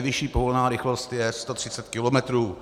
Nejvyšší povolená rychlost je 130 kilometrů.